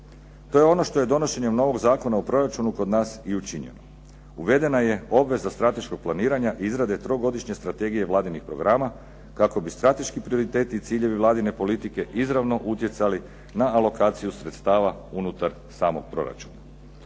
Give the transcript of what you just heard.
To je ono što je donošenjem novog Zakona o proračunu kod nas učinjeno. Uvedena je obveza strateškog planiranja i izrade trogodišnje strategije vladinog programa kako bi strateški prioriteti i ciljevi vladine politike izravno utjecali na alokaciju sredstava unutar samog proračuna.